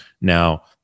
now